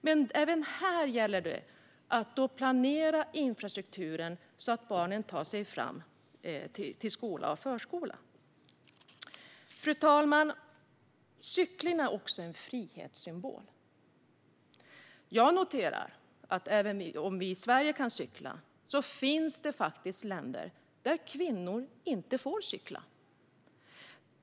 Men även här gäller det att planera infrastrukturen så att barnen tar sig fram till skolan eller förskolan. Fru talman! Cykling är också en frihetssymbol. Jag noterar att även om vi i Sverige kan cykla finns det faktiskt länder där kvinnor inte får cykla.